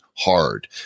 Hard